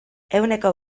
ehuneko